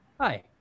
Hi